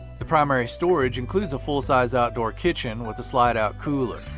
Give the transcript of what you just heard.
the primary storage includes a full-sized outdoor kitchen with a slide-out cooler.